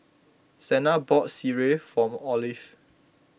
Sena bought Sireh for Olive